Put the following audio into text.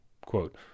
quote